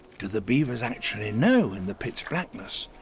do the beavers actually know, in the pitch blackness,